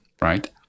right